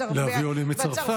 להביא עולים מצרפת.